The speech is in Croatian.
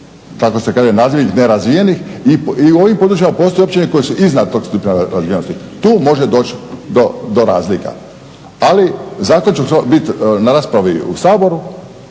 kako se kaže naziv već nerazvijenih i u ovim područjima postoje općine koje su izvan tog stupnja razvijenosti. Tu može doći do razlika. Ali zato će to biti na raspravi u Saboru